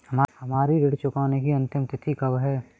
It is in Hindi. हमारी ऋण चुकाने की अंतिम तिथि कब है?